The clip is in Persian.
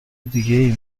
دیگه